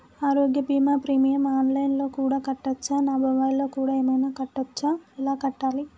ఆరోగ్య బీమా premium online లో కూడా కట్టచ్చా? నా మొబైల్లో కూడా ఏమైనా కట్టొచ్చా? ఎలా కట్టాలి?